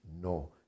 no